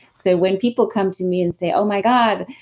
so when people come to me and say, oh my god,